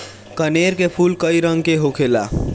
कनेर के फूल कई रंग के होखेला